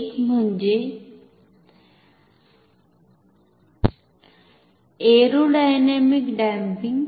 एक म्हणजे aerodynamic damping